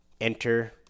Enter